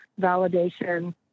validation